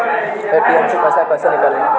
ATM से पैसा कैसे नीकली?